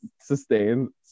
sustain